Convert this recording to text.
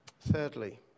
Thirdly